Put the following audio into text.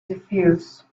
diffuse